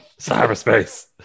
Cyberspace